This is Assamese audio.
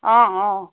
অঁ অঁ